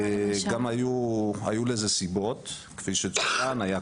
גם היו לזה סיבות, כפי שנאמר, היה קורונה,